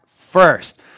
first